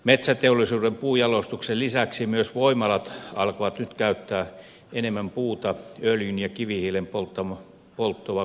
metsäteollisuuden puunjalostuksen lisäksi myös voimalat alkavat nyt käyttää enemmän puuta öljyn ja kivihiilen polttoa korvaamaan